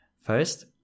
First